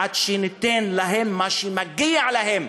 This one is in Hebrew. עד שניתן להם מה שמגיע להם.